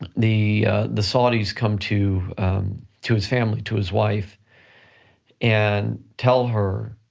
the the saudis come to to his family, to his wife and tell her